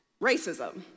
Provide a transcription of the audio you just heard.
Racism